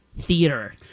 theater